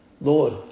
Lord